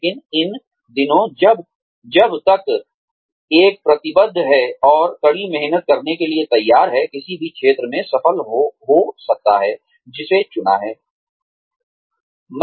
लेकिन इन दिनों जब तक एक प्रतिबद्ध है और कड़ी मेहनत करने के लिए तैयार है किसी भी क्षेत्र में सफल हो सकता है जिसे चुना है